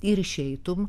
ir išeitum